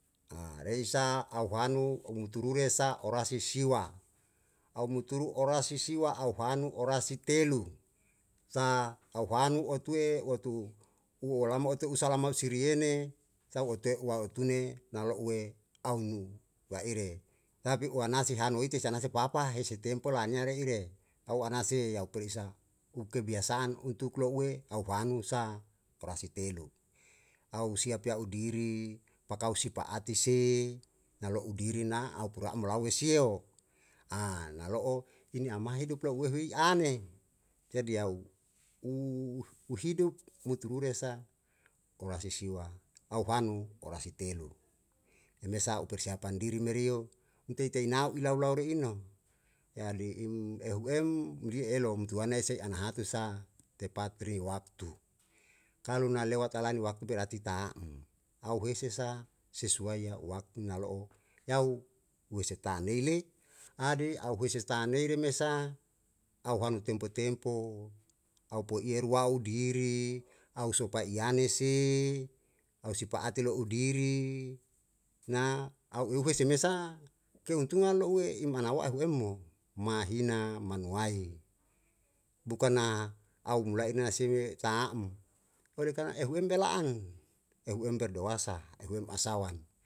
reisa au hanu ou muturure sa orasi siwa au muturu orasi siwa, au hanu orasi telu sa au hanu o teu wotu uo lama otu usalama usiriene sau ote u a otune nalo'ue aunu wa ere tapi uana si hanu ite sanasa e papa hesi tempo la anea re ire au ana si yau perisa u kebiasaan untuk lo'ue au hanu sa orasi telu au siapi ya u diri pakau sipa'ati se nalo'u diri na au pura amlau wesie o nalo'o ini ama hidup lo'ue hui ane jadi yau u hidup muturure sa orasi siwa au hanu orasi telu emesa u persiapan diri merio mte'i te'i nau ilau lau re ino jadi im ehu em di elom tuane sei ana hatu sa tepat ri waktu kalu na lewat alaen waktu berati ta'm au hese sa sesuai ya waktu na lo'o yau uese tanei le ade au hese ta'ane rei me sa au hanu tempo tempo au poiye ruwau diri au sopa iana se au sipa'ati lo'u diri na au eu hese me sa keuntungan lo'ue i manawa ehu'em mo mahina manuwahi bukan na au mulai na si me ta'm ole karna ehu em bela'an ehu em berdoa sa ehu em a sawan.